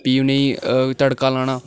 फ्ही उ'नेंगी तड़का लाना